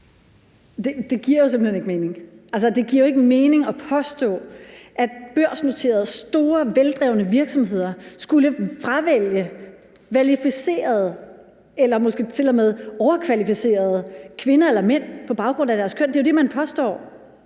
Det giver jo simpelt hen ikke mening. Altså, det giver jo ikke mening at påstå, at børsnoterede store, veldrevne virksomheder skulle fravælge kvalificerede eller måske til og med overkvalificerede kvinder eller mænd på baggrund af deres køn. Det er jo det, man påstår.